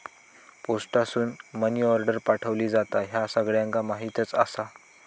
पोस्टासून money order पाठवली जाता, ह्या सगळ्यांका माहीतच आसा